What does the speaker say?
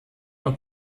und